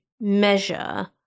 measure